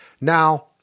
Now